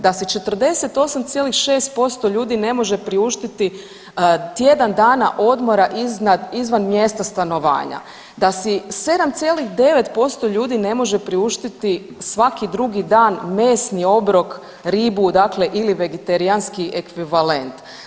Da si 48,6% ljudi ne može priuštiti tjedan dana odmora izvan mjesta stanovanja, da si 7,9% ljudi ne može priuštiti svaki drugi dan mesni obrok, ribu, dakle ili vegetarijanski ekvivalent.